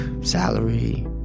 salary